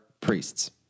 priests